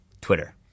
Twitter